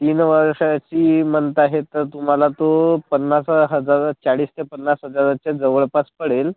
तीन वर्षाची म्हणत आहे तर तुम्हाला तो पन्नास हजार चाळीस ते पन्नास हजाराच्या जवळपास पडेल